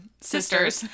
sisters